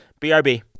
BRB